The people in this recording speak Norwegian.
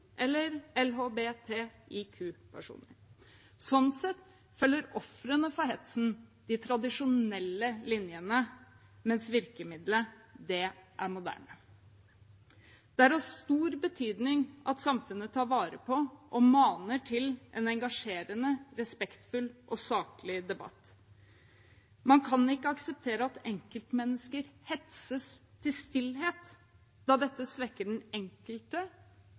Sånn sett følger ofrene for hetsen de tradisjonelle linjene, mens virkemidlet er moderne. Det er av stor betydning at samfunnet tar vare på og maner til en engasjerende, respektfull og saklig debatt. Man kan ikke akseptere at enkeltmennesker hetses til stillhet, da dette svekker den